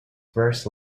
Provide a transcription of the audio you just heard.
first